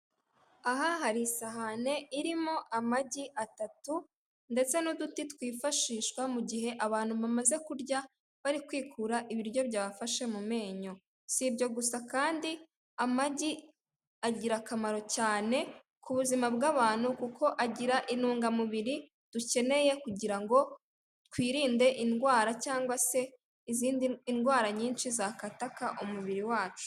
Aha hari isahani irimo amagi atatu ndetse n'uduti twifashishwa mu gihe abantu bamaze kurya bari kwikura ibiryo byafashe mu menyo, si ibyo gusa kandi amagi agira akamaro cyane ku buzima bw'abantu kuko agira intungamubiri dukeneye kugira ngo twirinde indwara cyangwa se izindi ndwara nyinshi zakatakaka umubiri wacu.